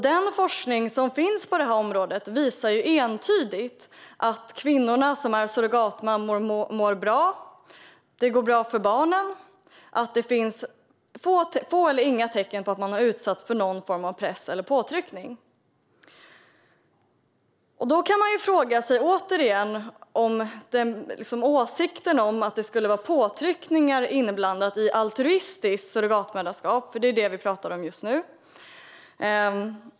Den forskning som finns på detta område visar entydigt att de kvinnor som är surrogatmammor mår bra, att det går bra för barnen och att det finns få eller inga tecken på att surrogatmammorna har utsatts för någon form av press eller påtryckning. Man kan - återigen - ställa sig frågande till åsikten att påtryckningar skulle vara inblandade i altruistiskt surrogatmoderskap. Det är ju detta vi talar om just nu.